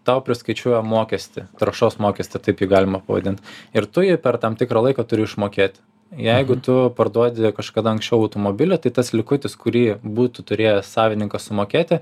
tau priskaičiuoja mokestį taršos mokestį taip jį galima pavadint ir tu jį per tam tikrą laiką turi išmokėti jeigu tu parduodi kažkada anksčiau automobilį tai tas likutis kurį būtų turėjęs savininkas sumokėti